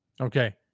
Okay